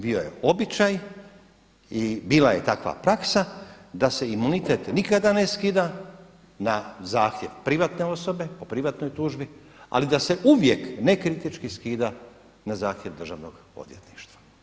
Bio je običaj i bila je takva praksa da se imunitet nikada ne skida na zahtjev privatne osobe po privatnoj tužbi ali da se uvijek ne kritički skida na zahtjev državnog odvjetništva.